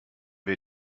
wir